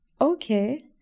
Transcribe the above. Okay